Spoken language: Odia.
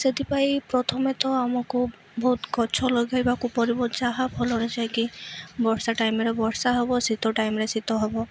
ସେଥିପାଇଁ ପ୍ରଥମେ ତ ଆମକୁ ବହୁତ ଗଛ ଲଗାଇବାକୁ ପରିବ ଯାହାଫଳରେ ଯାକି ବର୍ଷା ଟାଇମ୍ରେ ବର୍ଷା ହବ ଶୀତ ଟାଇମ୍ରେ ଶୀତ ହବ